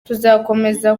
tuzakomeza